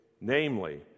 Namely